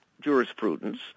jurisprudence